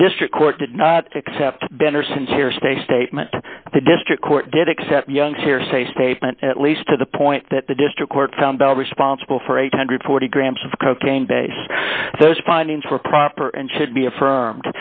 the district court did not accept benner sincere stay statement the district court did accept young's hearsay statement at least to the point that the district court found responsible for eight hundred and forty grams of cocaine base those findings were proper and should be affirm